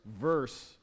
verse